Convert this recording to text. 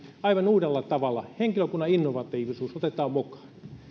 aivan uudella tavalla ja henkilökunnan innovatiivisuus otetaan